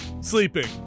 sleeping